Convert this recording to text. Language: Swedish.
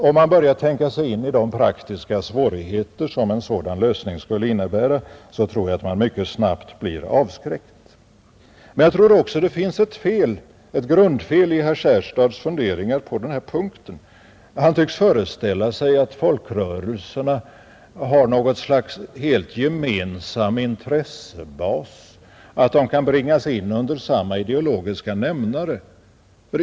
Om man börjar tänka sig in i de praktiska svårigheter som en sådan lösning skulle innebära så tror jag att man mycket snabbt blir avskräckt. Men jag tror också att det finns ett grundfel i herr Johanssons i Skärstad funderingar på denna punkt. Han tycks föreställa sig att folkrörelserna har något slags helt gemensam intressebas, att de kan bringas in under samma ideologiska nämnare.